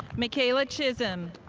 micaela chism.